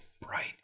Bright